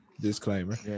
Disclaimer